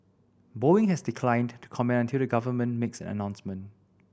boeing has declined to comment until the government makes an announcement